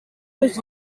was